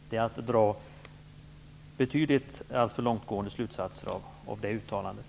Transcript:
Det är att dra alltför långtgående slutsatser av det uttalandet.